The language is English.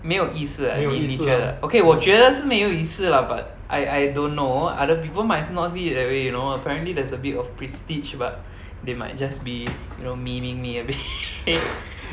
没有意思 ah 你你觉得 okay 我觉得是没有意思 lah but I I don't know other people might not see it that way you know apparently there's a bit of prestige but they might just be you know meme-ing it a bit